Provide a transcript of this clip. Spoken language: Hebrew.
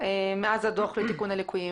מאז הדוח לתיקון הלקויים?